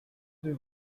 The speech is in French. deux